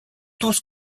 tous